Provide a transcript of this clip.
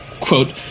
quote